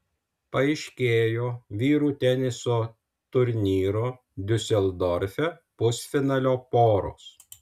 paaiškėjo vyrų teniso turnyro diuseldorfe pusfinalio poros